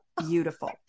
beautiful